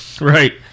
right